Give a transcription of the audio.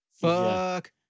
Fuck